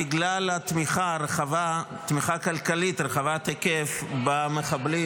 בגלל תמיכה כלכלית רחבת היקף במחבלים